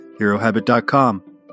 HeroHabit.com